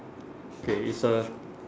okay it's a